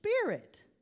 spirit